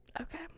Okay